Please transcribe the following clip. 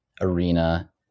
arena